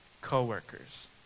co-workers